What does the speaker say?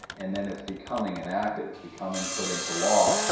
and then it's becoming enacted, it's becoming put into law.